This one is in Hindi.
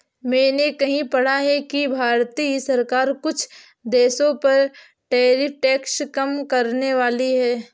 मैंने कहीं पढ़ा है कि भारतीय सरकार कुछ देशों पर टैरिफ टैक्स कम करनेवाली है